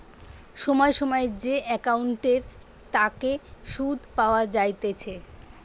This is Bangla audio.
সময় সময় যে একাউন্টের তাকে সুধ পাওয়া যাইতেছে